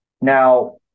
Now